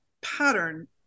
pattern